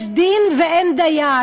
יש דין ואין דיין,